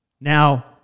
Now